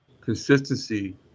consistency